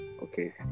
Okay